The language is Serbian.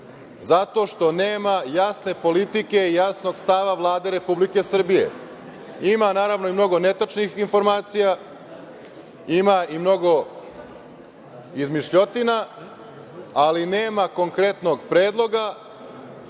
zato što nema jasne politike i jasnog stava Vlade Republike Srbije. Ima, naravno, i mnogo netačnih informacija, ima i mnogo izmišljotina, ali nema konkretnog predloga